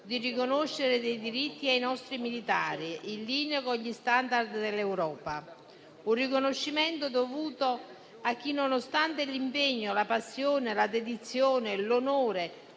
di riconoscere dei diritti ai nostri militari, in linea con gli *standard* dell'Europa. Si tratta di un riconoscimento dovuto a coloro i quali, nonostante l'impegno, la passione, la dedizione, l'onore,